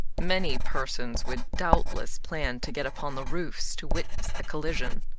many persons would doubtless plan to get upon the roofs to witness the collision.